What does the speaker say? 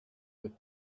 earth